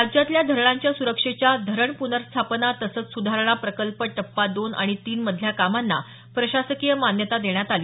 राज्यातल्या धरणांच्या सुरक्षेच्या धरण पुनर्स्थापना तसंच सुधारणा प्रकल्प टप्पा दोन आणि तीन मधल्या कामांना प्रशासकीय मान्यता देण्यात आली